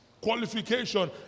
qualification